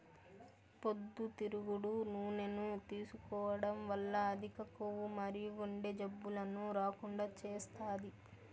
పొద్దుతిరుగుడు నూనెను తీసుకోవడం వల్ల అధిక కొవ్వు మరియు గుండె జబ్బులను రాకుండా చేస్తాది